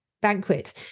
banquet